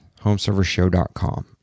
homeservershow.com